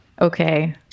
Okay